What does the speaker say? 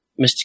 Mr